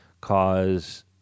cause